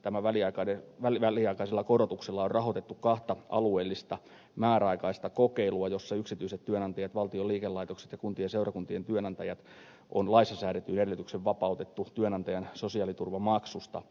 kansaneläkemaksun väliaikaisella korotuksella on rahoitettu kahta alueellista määräaikaista kokeilua jossa yksityiset työnantajat valtion liikelaitokset ja kuntien ja seurakuntien työnantajat on laissa säädetyin edellytyksin vapautettu työnantajan sosiaaliturvamaksusta